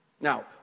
Now